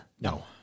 No